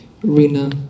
Rina